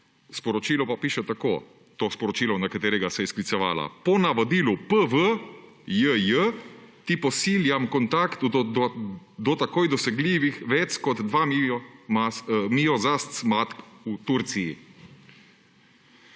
sporočilu pa piše tako – to sporočilo, na katerega se je sklicevala: »Po navodilu P.V. J.J. ti pošiljam kontakt do takoj dosegljivih vec kot dva mio zasc. mask v Turciji.«